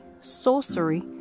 sorcery